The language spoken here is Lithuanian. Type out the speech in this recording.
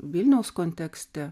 vilniaus kontekste